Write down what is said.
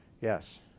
Yes